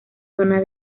zona